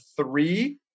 three